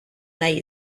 nahi